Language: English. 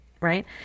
right